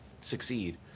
succeed